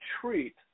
treat